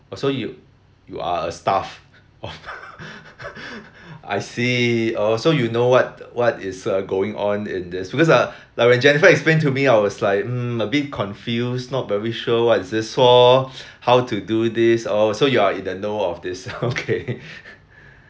oh so you you are a staff oh I see oh so you know what what is uh going on in this because uh like when Jennifer explained to me I was like mm a bit confused not very sure what is this for how to do this oh so you are in the know of this okay